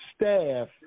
staff